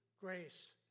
grace